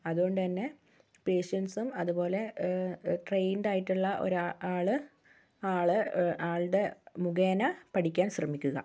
അതുകൊണ്ടുതന്നെ പേഷ്യൻസും അതുപോലെ ട്രെയിൻഡ് ആയിട്ടുള്ള ഒരു ആ ആൾ ആൾ ആളുടെ മുഖേന പഠിക്കാൻ ശ്രമിക്കുക